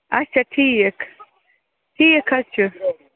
اچھا ٹھیٖک ٹھیٖک حظ چھُ